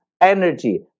energy